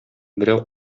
берәү